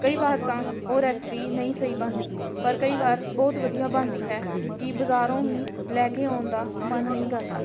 ਕਈ ਵਾਰ ਤਾਂ ਉਹ ਰੈਸਪੀ ਨਹੀਂ ਸਹੀ ਬਣਦੀ ਪਰ ਕਈ ਵਾਰ ਬਹੁਤ ਵਧੀਆ ਬਣਦੀ ਹੈ ਕਿ ਬਾਜ਼ਾਰੋਂ ਵੀ ਲੈ ਕੇ ਆਉਣ ਦਾ ਮਨ ਨਹੀਂ ਕਰਦਾ